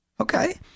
Okay